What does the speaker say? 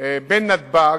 בין נתב"ג,